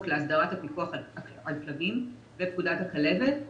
להסדרת הפיקוח על כלבים בפקודת הכלבת.